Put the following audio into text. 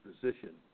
position